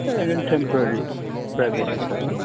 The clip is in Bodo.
ओरैनो टेम्प'रारि प्राइभेट हिसाबै